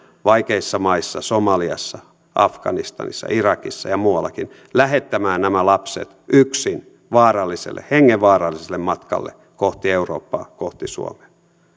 vaikeissa maissa somaliassa afganistanissa irakissa ja muuallakin lähettämään nämä lapset yksin vaaralliselle hengenvaaralliselle matkalle kohti eurooppaa kohti suomea